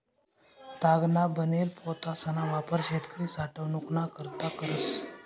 तागना बनेल पोतासना वापर शेतकरी साठवनूक ना करता करस